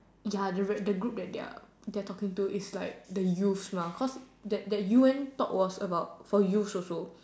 ya the red the group that they're they're talking to is like the youths lah cause that that U N talk was about for youths also